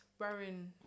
wearing